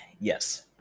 Yes